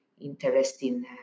interesting